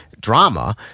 drama